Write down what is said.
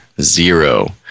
zero